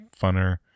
funner